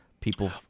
people